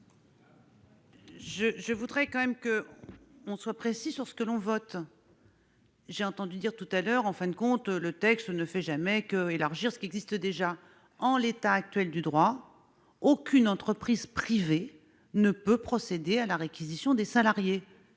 Je voudrais que l'on soit précis sur ce que l'on vote. J'ai entendu dire tout à l'heure que le texte ne faisait jamais qu'élargir ce qui existait déjà. En l'état actuel du droit, aucune entreprise privée ne peut procéder à la réquisition des salariés,